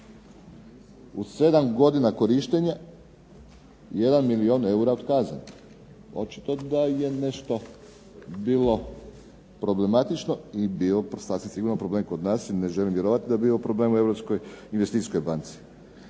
U sedam godina korištenja jedan milijun eura otkazan. Očito da je nešto bilo problematično i bio sasvim sigurno problem kod nas i ne želim vjerovati da je bio problem u Europskoj